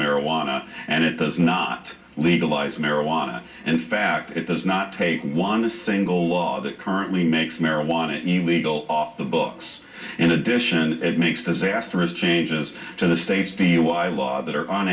marijuana and it does not legalize marijuana and fact it does not take one a single law that currently makes marijuana illegal off the books in addition it makes disastrous changes to the state's dui laws that are on